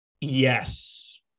Yes